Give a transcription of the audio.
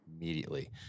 immediately